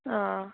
ಆಂ